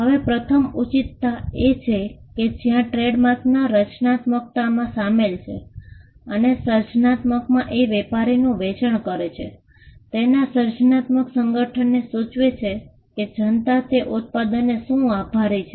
હવે પ્રથમ ઉચિતતા એ છે કે ત્યાં ટ્રેડમાર્કમાં રચનાત્મકતા શામેલ છે અને સર્જનાત્મકતા એ વેપારીનું વેચાણ કરે છે તેના સર્જનાત્મક સંગઠનને સૂચવે છે કે જનતા તે ઉત્પાદનને શું આભારી છે